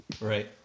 Right